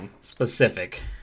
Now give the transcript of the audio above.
specific